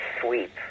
sweep